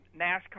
NASCAR